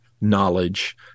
knowledge